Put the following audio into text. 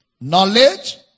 Knowledge